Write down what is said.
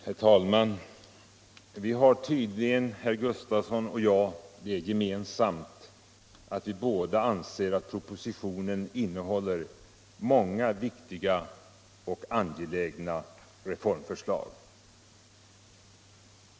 Herr talman! Vi har tydligen, herr Sven Gustafson i Göteborg och jag, det gemensamt att vi båda anser att propositionen innehåller många viktiga och angelägna reformförslag.